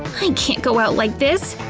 i can't go out like this!